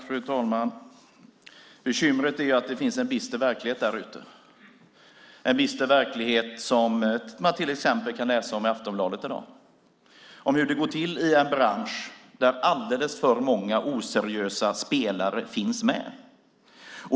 Fru talman! Bekymret är att det finns en bister verklighet där ute, en bister verklighet som man till exempel kan läsa om i Aftonbladet i dag. Där står om hur det går till i en bransch där alldeles för många oseriösa spelare finns med.